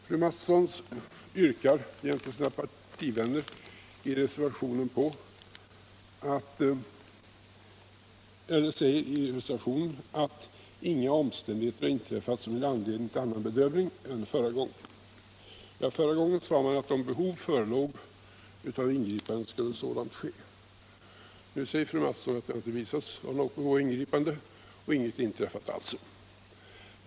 Fröken Mattson säger jämte sina partivänner i reservationen att inga omständigheter har inträffat som ger anledning till annan bedömning än förra gången. Ja, förra gången sade man att om behov förelåg av ingripanden skulle sådant ske. Nu säger fröken Mattson att det inte har visat sig vara något behov av ingripanden och att alltså ingenting har inträffat.